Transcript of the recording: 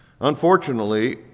Unfortunately